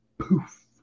poof